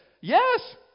Yes